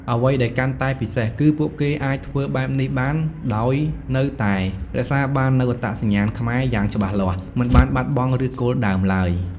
អ្វីដែលកាន់តែពិសេស គឺពួកគេអាចធ្វើបែបនេះបានដោយនៅតែ រក្សាបាននូវអត្តសញ្ញាណខ្មែរ យ៉ាងច្បាស់លាស់ មិនបានបាត់បង់ឫសគល់ដើមឡើយ។